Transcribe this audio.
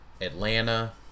Atlanta